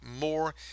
more